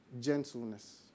Gentleness